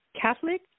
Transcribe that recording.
Catholic